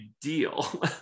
deal